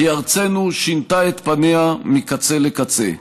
כי ארצנו שינתה את פניה מקצה לקצה.